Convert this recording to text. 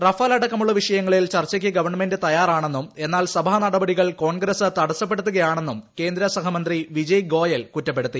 Rafale അടക്കമുള്ള വിഷയങ്ങളിൽ ചർച്ചയ്ക്ക് ഗവൺമെന്റ് തയ്യാറാണെന്നും എന്നാൽ സഭാ നടപടികൾ കോൺഗ്രസ് തടസ്സപ്പെടുത്തുകയാണെന്നും കേന്ദ്ര സഹമന്ത്രി വിജയ് ഗോയൽ കുറ്റപ്പെടുത്തി